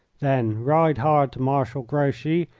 then ride hard to marshal grouchy,